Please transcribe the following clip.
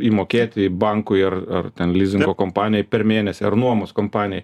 įmokėti bankui ar ar ten lizingo kompanijai per mėnesį ar nuomos kompanijai